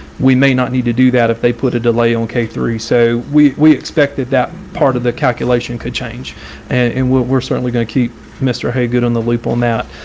we may not need to do that if they put a delay on k three. so we we expected that part of the calculation could change and we're we're certainly going to keep mister hey, good on the label, matt.